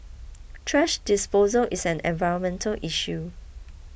thrash disposal is an environmental issue